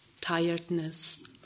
Tiredness